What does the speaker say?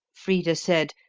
frida said,